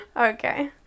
Okay